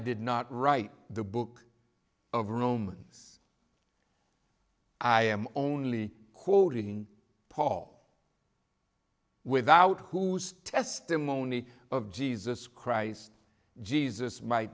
did not write the book of romans i am only quoting paul without whose testimony of jesus christ jesus might